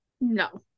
No